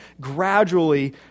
gradually